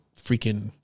freaking